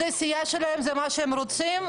זו הסיעה שלהם, זה מה שהם רוצים.